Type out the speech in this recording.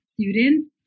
students